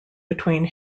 between